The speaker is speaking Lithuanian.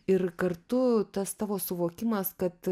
ir kartu tas tavo suvokimas kad